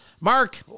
Mark